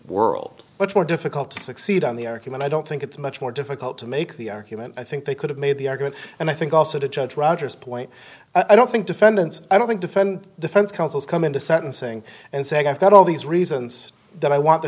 what's more difficult to succeed on the argument i don't think it's much more difficult to make the argument i think they could have made the argument and i think also to judge roger's point i don't think defendants i don't think defend defense counsels come into sentencing and say i've got all these reasons that i want the